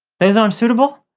these aren't suitable?